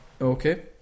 Okay